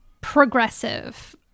progressive